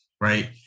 Right